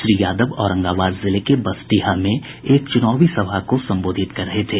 श्री यादव औरंगाबाद जिले के बसडीहा में एक चुनावी सभा को संबोधित कर रहे थे